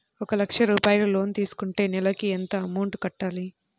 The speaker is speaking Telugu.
ఒక లక్ష రూపాయిలు లోన్ తీసుకుంటే నెలకి ఎంత అమౌంట్ కట్టాలి?